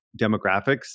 demographics